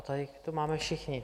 Tady to máme všichni.